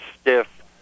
stiff